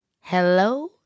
Hello